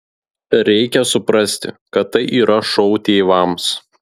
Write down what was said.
reikia suprasti kad tai yra šou tėvams